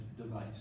device